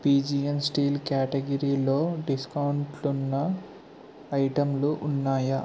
pigeon steel క్యాటగిరిలో డిస్కౌంట్లున్న ఐటెమ్లు ఉన్నాయా